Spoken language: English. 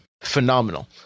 phenomenal